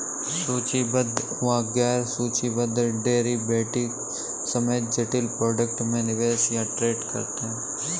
सूचीबद्ध व गैर सूचीबद्ध डेरिवेटिव्स समेत जटिल प्रोडक्ट में निवेश या ट्रेड करते हैं